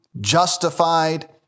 justified